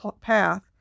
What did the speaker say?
path